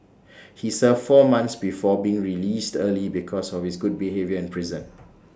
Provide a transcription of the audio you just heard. he served four months before being released early because of his good behaviour in prison